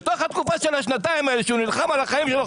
בתוך התקופה של השנתיים שלו שהוא נלחם על החיים שלו,